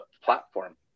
platform